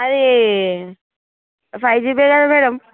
అది ఫైవ్ జిబియే కదా మేడం